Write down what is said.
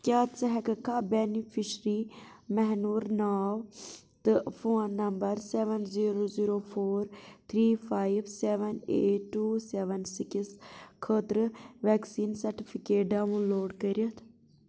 کیٛاہ ژٕ ہیکٕکھا بیٚنِفیشرِی ماہنوٗر ناو تہٕ phone number seven zero zero four three five seven eight two seven six خٲطرٕ ویکسیٖن سرٹِفکیٹ ڈاؤن لوڈ کٔرِتھ